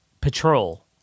patrol